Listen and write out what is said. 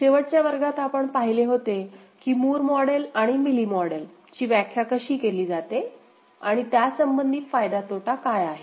शेवटच्या वर्गात आपण पाहिले होते की मूर मॉडेल आणि मिली मॉडेल ची व्याख्या कशी केली जाते आणि त्यासंबंधी फायदा तोटा काय आहे